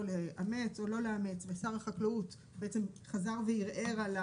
לאמץ או לא לאמץ ושר החקלאות בעצם חזר וערער,